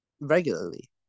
Regularly